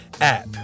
app